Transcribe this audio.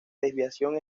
desviación